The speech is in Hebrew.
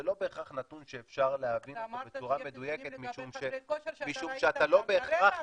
זה לא בהכרח נתון שאפשר להביא אותו בצורה מדויקת משום שאתה לא בהכרח